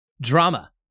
drama